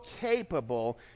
capable